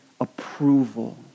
approval